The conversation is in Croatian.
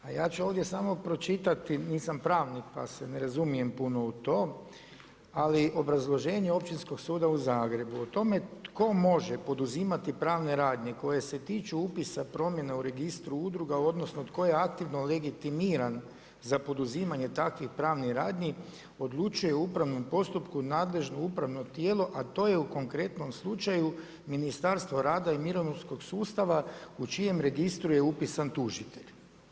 A ja ću ovdje samo pročitati, nisam pravnik pa se ne razumijem puno u to ali obrazloženje Općinskog suda u Zagrebu o tome tko može poduzimati pravne radnje koje se tiču upisa promjene u registru udruga odnosno tko je aktivno legitimiran za poduzimanje takvih pravnih radnji odlučuje o upravnom postupku nadležno upravno tijelo a to je u konkretnom slučaju Ministarstvo rada i mirovinskog sustava u čijem registru je upisan tužitelj.